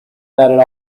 that